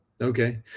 Okay